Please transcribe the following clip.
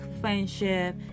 friendship